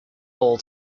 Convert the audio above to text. all